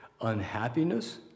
unhappiness